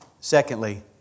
Secondly